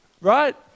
right